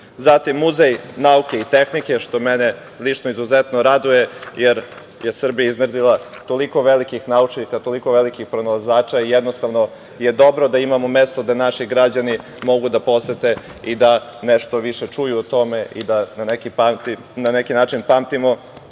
Zatim Muzej nauke i tehnike, što mene lično izuzetno raduje, jer je Srbija iznedrila toliko velikih naučnika, pronalazača i jednostavno je dobro da imamo mesto gde naši građani mogu da posete i da nešto više čuju o tome i da na neki način pamtimo